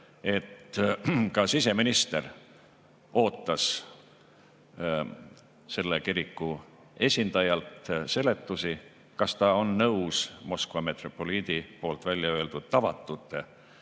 et ka siseminister ootas selle kiriku esindajalt seletusi, kas ta on nõus Moskva metropoliidi välja öeldud tavatute